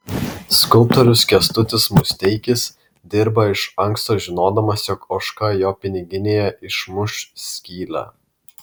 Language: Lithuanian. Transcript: skulptorius kęstutis musteikis dirba iš anksto žinodamas jog ožka jo piniginėje išmuš skylę